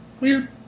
Weird